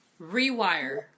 rewire